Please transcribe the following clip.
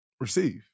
receive